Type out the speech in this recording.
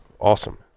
awesome